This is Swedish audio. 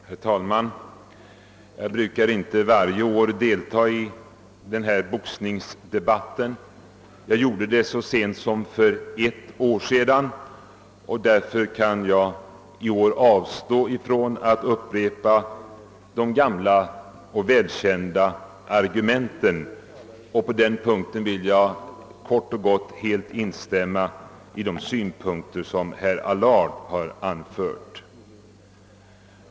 Herr talman! Jag deltar inte varje år i boxningsdebatten; jag gjorde det så sent som för ett år sedan, och därför kan jag i år avstå från att upprepa de gamla och välkända argumenten. Jag vill på den punkten kort och gott instämma i de synpunkter som herr Allard har anfört.